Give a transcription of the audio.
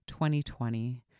2020